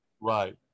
right